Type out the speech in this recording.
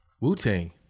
Wu-Tang